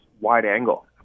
wide-angle